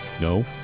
No